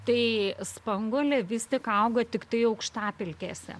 tai spanguolė vis tik auga tiktai aukštapelkėse